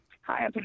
Hi